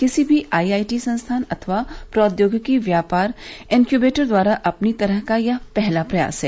किसी भी आईआईटी संस्थान अथवा प्रौद्योगिकी व्यापार इन्क्यूबेटर द्वारा अपनी तरह का यह पहला प्रयास है